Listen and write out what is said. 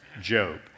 Job